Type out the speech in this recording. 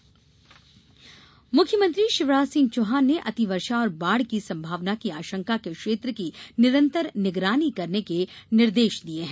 CM समीक्षा मुख्यमंत्री शिवराज सिंह चौहान ने अति वर्षा और बाढ़ की सम्भावना की आशंका के क्षेत्रों की निरन्तर निगरानी करने के निर्देश दिये हैं